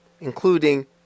including